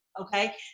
Okay